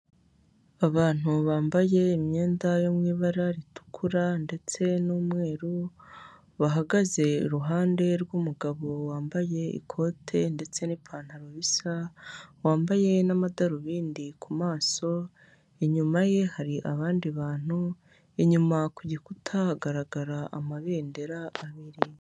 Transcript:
Abantu bambaye imyenda yo mu ibara ritukura ndetse n'umweru, bahagaze iruhande rw'umugabo wambaye ikote ndetse n'ipantaro bisa, wambaye n'amadarubindi ku maso, inyuma ye hari abandi bantu, inyuma ku gikuta hagaragara amabendera abiri.